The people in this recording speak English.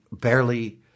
barely